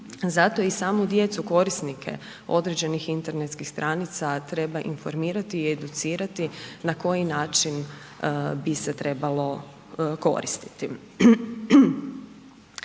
Zato i samu djecu korisnike određenih internetskih stranica treba informirati i educirati na koji način bi se trebali koristiti.